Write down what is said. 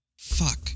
fuck